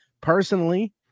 personally